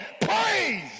praise